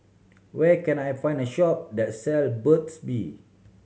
where can I find a shop that sell Burt's Bee